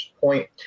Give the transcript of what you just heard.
point